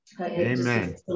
amen